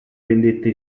vendette